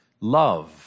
love